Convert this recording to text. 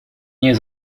nie